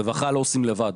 רווחה לא עושים לבד.